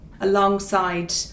alongside